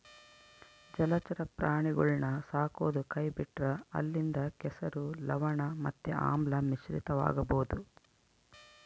ಜಲಚರ ಪ್ರಾಣಿಗುಳ್ನ ಸಾಕದೊ ಕೈಬಿಟ್ರ ಅಲ್ಲಿಂದ ಕೆಸರು, ಲವಣ ಮತ್ತೆ ಆಮ್ಲ ಮಿಶ್ರಿತವಾಗಬೊದು